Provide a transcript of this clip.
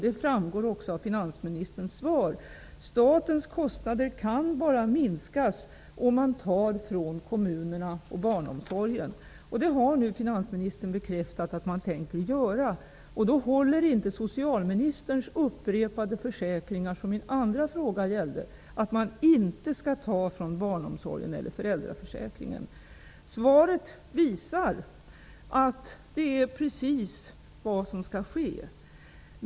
Det framgår också av finansministerns svar. Statens kostnader kan bara minskas om man tar från kommunerna och barnomsorgen. Det har nu finansministern bekräftat att man tänker göra. Då håller inte socialministerns upprepade försäkringar -- som min andra fråga gällde -- att man inte skall ta från barnomsorgen eller föräldraförsäkringen. Svaret visar att det är precis vad som skall ske.